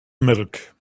milk